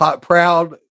proud